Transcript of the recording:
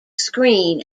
screen